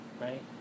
right